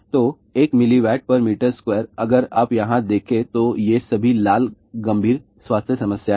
तो 1 mW m2 अगर आप यहाँ देखें तो ये सभी लाल गंभीर स्वास्थ्य समस्या हैं